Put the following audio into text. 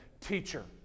Teacher